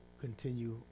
continue